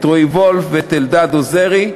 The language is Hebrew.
את רועי וולף ואת אלדד עוזרי.